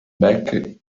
back